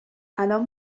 الان